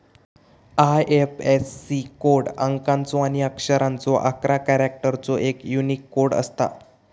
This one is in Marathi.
आय.एफ.एस.सी कोड अंकाचो आणि अक्षरांचो अकरा कॅरेक्टर्सचो एक यूनिक कोड असता